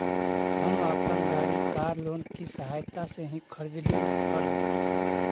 हम अपन गाड़ी कार लोन की सहायता से ही खरीदली हल